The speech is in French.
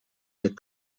des